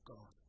God